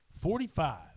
Forty-five